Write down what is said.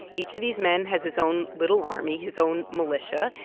each of these men has his own little army, his own militia.